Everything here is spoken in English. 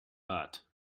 but